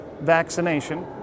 vaccination